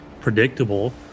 predictable